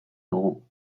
dugu